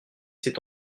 s’est